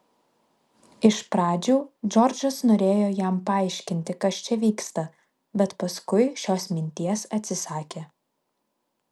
iš pradžių džordžas norėjo jam paaiškinti kas čia vyksta bet paskui šios minties atsisakė